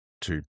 two